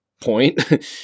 point